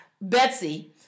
Betsy